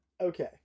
okay